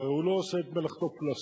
הרי הוא לא עושה את מלאכתו פלסתר.